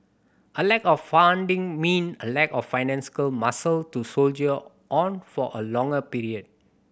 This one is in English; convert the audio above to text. a lack of funding meant a lack of financial muscle to soldier on for a longer period